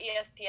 espn